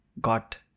got